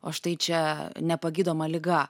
o štai čia nepagydoma liga